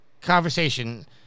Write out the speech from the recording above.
conversation